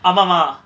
ஆமா மா:aama ma